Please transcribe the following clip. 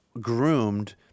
groomed